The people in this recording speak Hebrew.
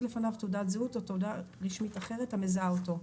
לפניו תעודת זהות או תעודה רשמית אחרת המזהה אותו.